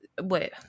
wait